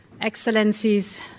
excellencies